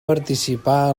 participà